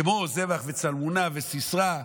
כמו זבח וצלמונע וסיסרא,